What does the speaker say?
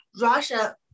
Russia